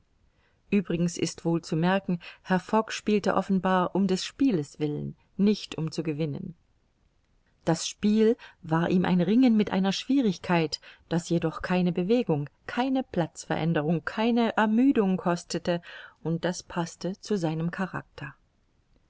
uebrigens ist wohl zu merken herr fogg spielte offenbar um des spieles willen nicht um zu gewinnen das spiel war ihm ein ringen mit einer schwierigkeit das jedoch keine bewegung keine platzveränderung keine ermüdung kostete und das paßte zu seinem charakter